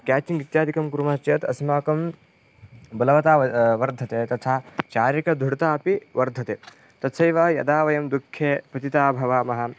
catching इत्यादिकं कुर्मः चेत् अस्माकं बलवत्ता वर्धते तथा शारीरिकदृढता अपि वर्धते तत्सैव यदा वयं दुःखे पतिता भवामः